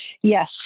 Yes